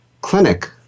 clinic